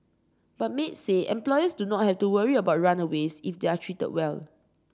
but maids say employers do not have to worry about runaways if they are treated well